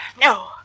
No